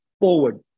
forward